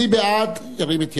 מי בעד, ירים את ידו.